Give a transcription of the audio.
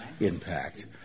impact